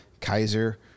Kaiser